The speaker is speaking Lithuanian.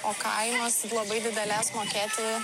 o kainos labai didelės mokėti